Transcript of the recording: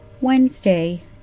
Wednesday